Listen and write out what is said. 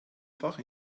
fach